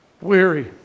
Weary